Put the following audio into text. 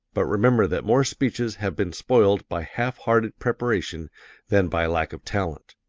but remember that more speeches have been spoiled by half-hearted preparation than by lack of talent.